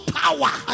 power